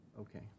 Okay